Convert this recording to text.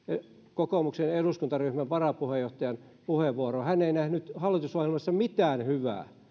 kokoomuksen eduskuntaryhmän varapuheenjohtajan puheenvuoroa hän ei nähnyt hallitusohjelmassa mitään hyvää